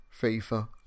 FIFA